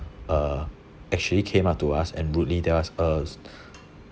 uh actually came up to us and rudely tells us